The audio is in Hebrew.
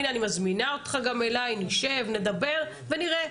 הנה, אני מזמינה אותך גם אליי, נשב, נדבר ונראה.